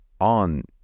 on